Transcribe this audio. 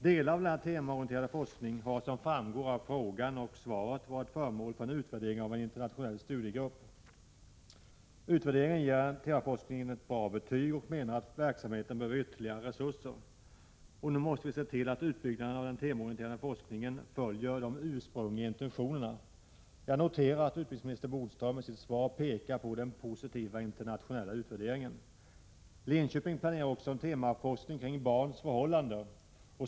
Delar av denna temaorienterade forskning har — som framgår av frågan — varit föremål för en utvärdering av en internationell studiegrupp. Utvärde ringen ger temaforskningen ett bra betyg, och det framhålls att verksamheten behöver ytterligare resurser. Nu måste vi se till att den temaorienterade forskningen följer de ursprungliga intentionerna. Jag noterar att utbildningsministern i sitt svar pekar på den positiva internationella utvärderingen. Linköpings universitet planerar också en temaforskning om barns förhållanden.